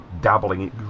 dabbling